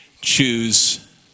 choose